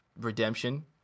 redemption